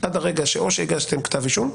עד הרגע שהגשתם כתב אישום,